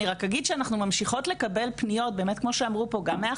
אנחנו ממשיכות לקבל פניות גם מאחיות,